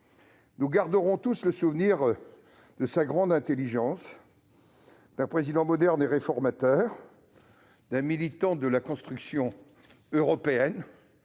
Nous garderons tous le souvenir de sa grande intelligence, d'un Président moderne et réformateur, d'un militant de la construction européenne.